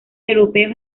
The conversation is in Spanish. europeo